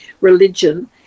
religion